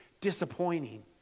disappointing